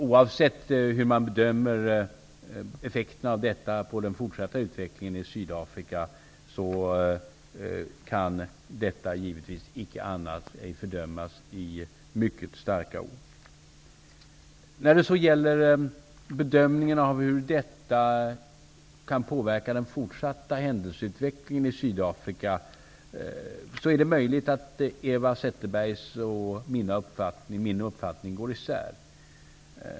Oavsett hur man bedömer effekten av detta på den fortsatta utvecklingen i Sydafrika, kan detta givetvis icke annat än fördömas i mycket starka ordalag. När det gäller bedömningen av hur detta kan påverka den fortsatta händelseutvecklingen i Sydafrika, är det möjligt att Eva Zetterbergs och min uppfattning går isär.